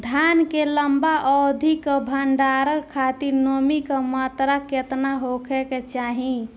धान के लंबा अवधि क भंडारण खातिर नमी क मात्रा केतना होके के चाही?